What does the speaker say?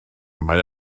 mae